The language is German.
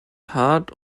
hart